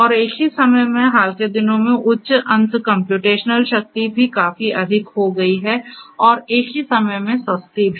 और एक ही समय में हाल के दिनों में उच्च अंत कम्प्यूटेशनल शक्ति भी काफी अधिक हो गई है और एक ही समय में सस्ती भी